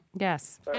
Yes